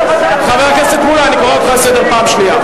חבר הכנסת מולה, אני קורא אותך לסדר פעם שנייה.